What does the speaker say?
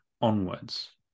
onwards